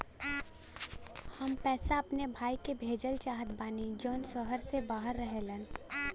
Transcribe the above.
हम पैसा अपने भाई के भेजल चाहत बानी जौन शहर से बाहर रहेलन